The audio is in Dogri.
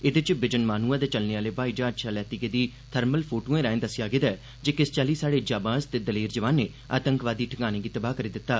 एह्दे च बिजन माहनू दे चलने आले ब्हाई ज्हाज शा लैती गेदी थर्मल फोटोए राए दस्सेआ गेदा ऐ जे किस चाल्ली साढ़े जांबाज ते दलेर जुआनें आतंकवादी ठकाने गी तबाह् करी दित्ता